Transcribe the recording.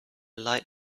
light